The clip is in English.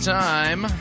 time